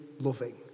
loving